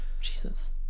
Jesus